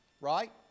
right